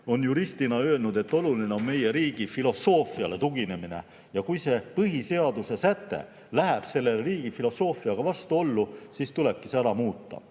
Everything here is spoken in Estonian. on juristina öelnud, et oluline on meie riigifilosoofiale tuginemine ja kui see põhiseaduse säte läheb selle riigifilosoofiaga vastuollu, siis tulebki see ära muuta.